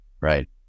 Right